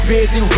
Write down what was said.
Busy